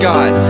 God